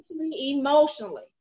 emotionally